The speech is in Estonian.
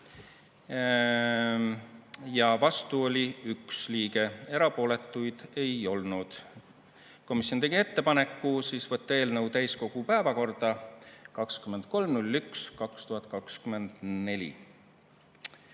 ja vastu oli 1 liige, erapooletuid ei olnud. Komisjon tegi ettepaneku võtta eelnõu täiskogu päevakorda 23.